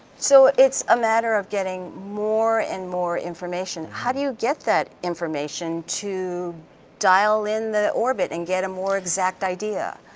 so it's a matter of getting more and more information. how do you get that information to dial in the orbit, and get a more exact idea?